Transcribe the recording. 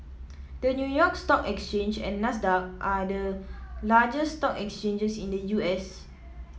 the New York Stock Exchange and Nasdaq are the largest stock exchanges in the U S